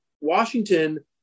Washington